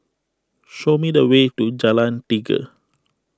show me the way to Jalan Tiga